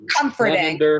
comforting